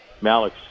Malik